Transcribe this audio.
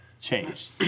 change